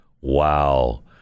wow